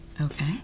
okay